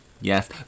Yes